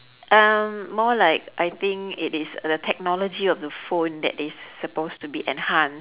um more like I think it is the technology of the phone that is supposed to be enhanced